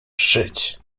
żyć